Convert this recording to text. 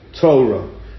Torah